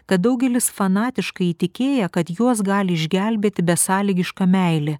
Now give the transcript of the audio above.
kad daugelis fanatiškai įtikėję kad juos gali išgelbėti besąlygiška meilė